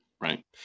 right